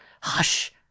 Hush